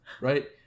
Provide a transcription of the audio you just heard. right